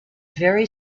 very